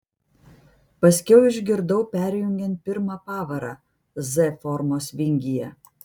paskiau išgirdau perjungiant pirmą pavarą z formos vingyje